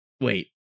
wait